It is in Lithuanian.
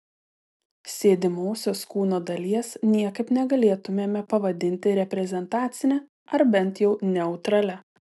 sėdimosios kūno dalies niekaip negalėtumėme pavadinti reprezentacine ar bent jau neutralia